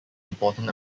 important